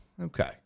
Okay